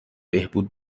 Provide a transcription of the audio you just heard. بهبود